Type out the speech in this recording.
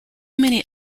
many